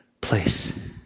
place